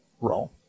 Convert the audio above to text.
role